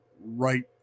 right